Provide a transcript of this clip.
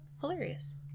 hilarious